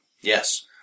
Yes